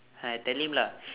then I tell him lah